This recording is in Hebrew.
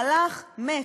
הלך, מת.